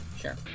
Sure